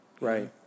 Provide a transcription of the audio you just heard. Right